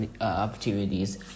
opportunities